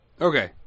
Okay